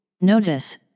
Notice